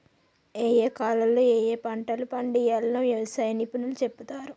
ఏయే కాలాల్లో ఏయే పంటలు పండియ్యాల్నో వ్యవసాయ నిపుణులు చెపుతారు